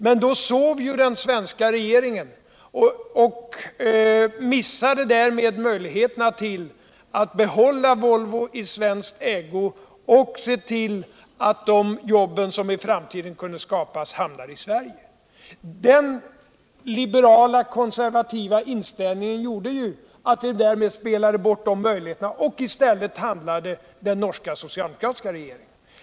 Men då sov den svenska regeringen och missade därmed möjligheterna att behålla Volvo i svensk ägo och sc till att de jobb som t framtiden kunde skapas hamnade i Sverige. Den liberala och konservativa inställningen gjorde att regeringen därmed spelade bort de möjligheterna. F stället handlade den norska socialdemokratiska regeringen.